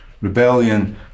Rebellion